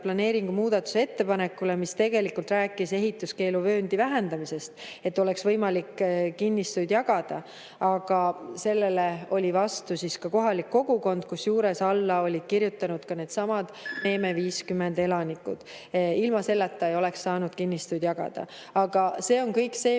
planeeringu muutmise ettepanekule, mis tegelikult rääkis ehituskeeluvööndi vähendamisest, et oleks võimalik kinnistuid jagada. Sellele oli vastu ka kohalik kogukond, kusjuures alla olid kirjutanud needsamad Neeme 50 elanikud. Ilma selleta ei oleks saanud kinnistuid jagada. Aga kõik see